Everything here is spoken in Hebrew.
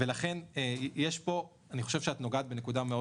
ולכן יש פה ואני חושב שאת נוגעת בנקודה מאוד